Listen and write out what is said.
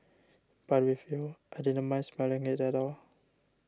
but with you I didn't mind smelling it at all